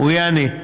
הוא יהיה עני.